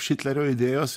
šitlerio idėjos